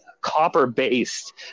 copper-based